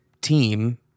team